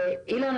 אילן,